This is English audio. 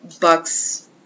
Buck's